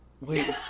Wait